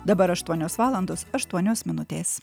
dabar aštuonios valandos aštuonios minutės